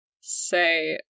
say